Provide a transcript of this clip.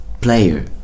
Player